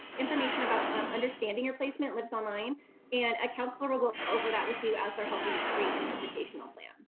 information about um understanding your placement lives online and a counselor will go over that with you as they're helping you create an educational plan.